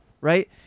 right